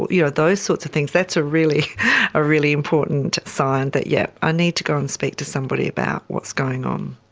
you know those sorts of things, that's a really ah really important sign that, yes, i need to go and speak to somebody about what's going on.